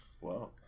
Wow